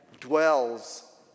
dwells